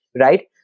right